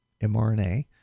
mRNA